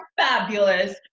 Fabulous